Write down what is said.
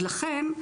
ולכן,